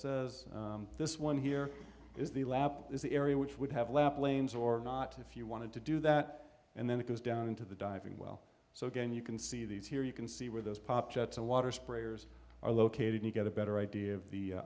says this one here is the lab is the area which would have left lanes or not if you wanted to do that and then it goes down into the diving well so again you can see these here you can see where those pop jets of water sprayers are located and you get a better idea of the